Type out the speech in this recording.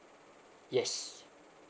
yes